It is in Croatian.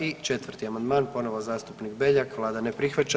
I 4. amandman, ponovo zastupnik Beljak, Vlada ne prihvaća.